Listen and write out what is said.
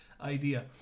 idea